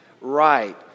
Right